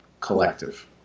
collective